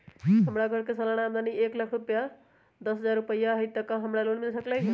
हमर घर के सालाना आमदनी एक लाख दस हजार रुपैया हाई त का हमरा लोन मिल सकलई ह?